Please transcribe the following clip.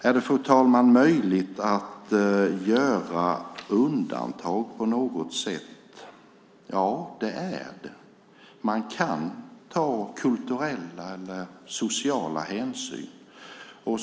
Är det, fru talman, möjligt att göra undantag på något sätt? Ja, det är det. Man kan ta kulturella eller sociala hänsyn.